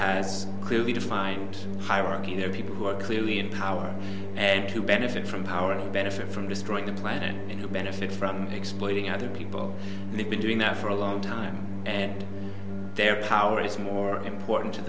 has clearly defined hierarchy there are people who are clearly in power and who benefit from power and benefit from destroying the planet and who benefit from exploiting other people and they've been doing that for a long time and their power is more important to